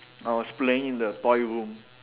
I was playing in the toy room